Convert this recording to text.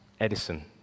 Edison